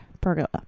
pergola